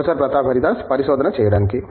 professor Pratap Haridas పరిశోధన చేయడానికి